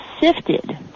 sifted